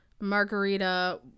margarita